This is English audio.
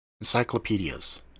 encyclopedias